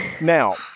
Now